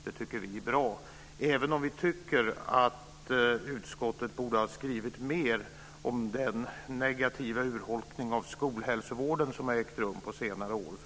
Det tycker vi är bra, även om vi tycker att utskottet borde ha skrivit mer om den negativa urholkning av skolhälsovården som har ägt rum under senare år.